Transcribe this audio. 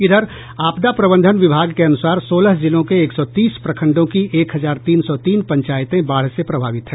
इधर आपदा प्रबंधन विभाग के अनुसार सोलह जिलों के एक सौ तीस प्रखंडों की एक हजार तीन सौ तीन पंचायतें बाढ़ से प्रभावित हैं